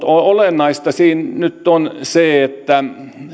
olennaista siinä nyt on se että